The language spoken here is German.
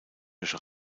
durch